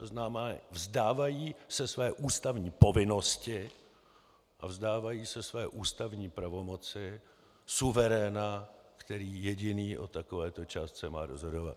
To znamená, vzdávají se své ústavní povinnosti a vzdávají se své ústavní pravomoci suveréna, který jediný o takové to částce má rozhodovat.